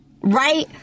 right